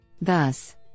Thus